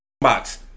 box